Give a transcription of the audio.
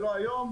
לא היום,